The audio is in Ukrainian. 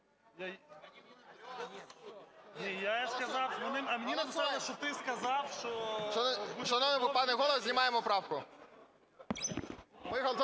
Шановний пане Голово, знімаємо правку.